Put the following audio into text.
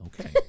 Okay